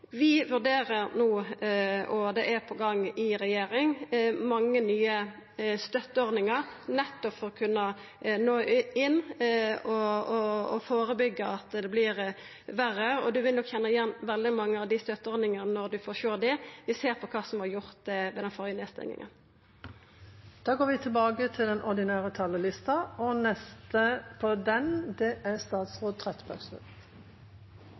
Vi vurderer no – det er på gang i regjeringa – mange nye støtteordningar for nettopp å kunne nå inn og førebyggja at det vert verre. Ein vil nok kunna kjenna igjen veldig mange av desse støtteordningane når ein får sjå dei. Vi ser på kva som vart gjort ved den førre nedstenginga. Replikkordskiftet er omme. Etter åtte år med høyreregjering og stillstand i likestillingsarbeidet har vi, den